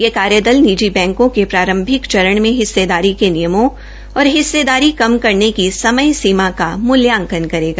यह कार्यदल निजी बैंकों के प्रारंभिक चरण में हिस्सेदारी के नियमों और हिस्सेदारी कम करने की समय सीमा का मुल्यांकन करेगा